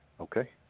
Okay